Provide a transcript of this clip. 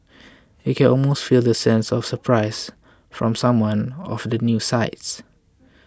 you can almost feel the sense of surprise from someone of the news sites